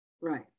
Right